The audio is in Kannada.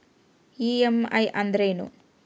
ಇ.ಎಮ್.ಐ ಅಂದ್ರೇನು?